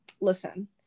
listen